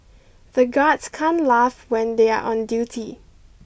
the guard can't laugh when they are on duty